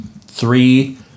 three